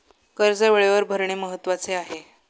कर्ज वेळेवर भरणे महत्वाचे आहे